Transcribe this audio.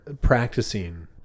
practicing